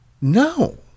no